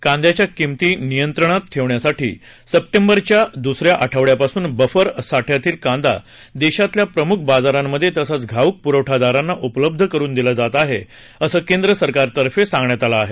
कांद्याच्या किमती नियंत्रणात ठेवण्यासाठी सप्टेंबरच्या दुसऱ्या आठवड्यापासून बफर साठ्यातील कांदा देशातील प्रमुख बाजारांमध्ये तसंच घाऊक प्रवठादारांना उपलब्ध करून दिला जात आहे असं केंद्र सरकारतर्फे सांगण्यात आल आहे